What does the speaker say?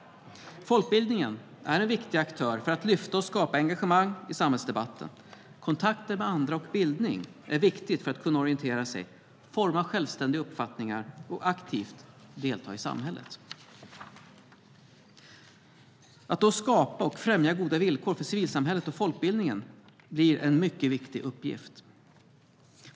Folkbildningen är en viktig aktör för att lyfta och skapa engagemang i samhällsdebatten. Kontakter med andra och bildning är viktigt för att kunna orientera sig, forma självständiga uppfattningar och aktivt delta i samhället. Att skapa och främja goda villkor för civilsamhället och folkbildningen är därför en mycket viktig uppgift.